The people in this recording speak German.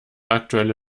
aktuelle